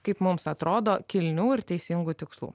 kaip mums atrodo kilnių ir teisingų tikslų